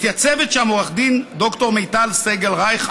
מתייצבת שם עורכת דין ד"ר מיטל סגל-רייך,